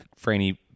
Franny